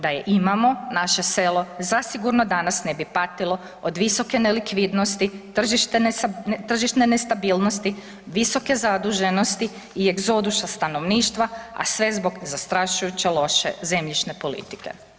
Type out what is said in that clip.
Da je imamo, naše selo zasigurno danas ne bi patilo od visoke nelikvidnosti, tržišne nestabilnosti, visoke zaduženosti i egzodusa stanovništva, a sve zbog zastrašujuće loše zemljišne politike.